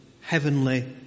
heavenly